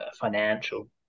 financial